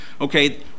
Okay